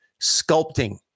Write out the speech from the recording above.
sculpting